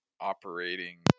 operating